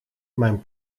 mijn